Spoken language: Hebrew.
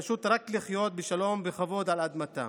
פשוט רק לחיות בשלום ובכבוד על אדמתם.